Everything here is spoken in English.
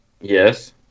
Yes